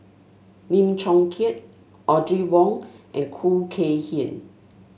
Lim Chong Keat Audrey Wong and Khoo Kay Hian